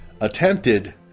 attempted